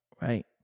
right